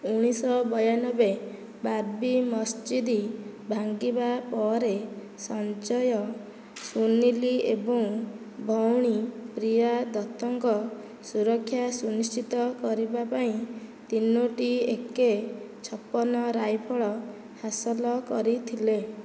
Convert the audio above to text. ଊଣାଇଶ ଶହ ବୟାନବେ ବାବ୍ରି ମସଜିଦ ଭାଙ୍ଗିବା ପରେ ସଞ୍ଜୟ ସୁନୀଲ ଏବଂ ଭଉଣୀ ପ୍ରିୟା ଦତ୍ତଙ୍କ ସୁରକ୍ଷା ସୁନିଶ୍ଚିତ କରିବା ପାଇଁ ତିନୋଟି ଏକେ ଛପନ ରାଇଫଲ ହାସଲ କରିଥିଲେ